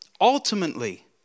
Ultimately